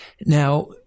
Now